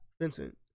Vincent